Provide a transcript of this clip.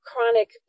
chronic